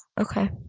Okay